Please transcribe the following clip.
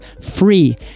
free